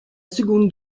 seconde